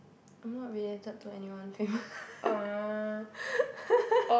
I'm not related to anyone famous